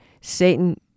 Satan